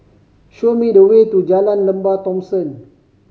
show me the way to Jalan Lembah Thomson